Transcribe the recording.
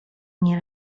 nie